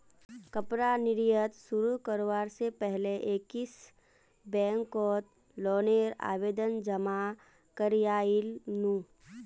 कपड़ा निर्यात शुरू करवा से पहले एक्सिस बैंक कोत लोन नेर आवेदन जमा कोरयांईल नू